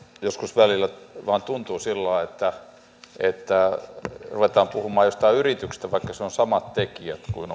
joskus välillä vain tuntuu kun ruvetaan puhumaan yrityksistä että vaikka siellä on samat tekijät kuin